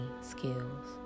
skills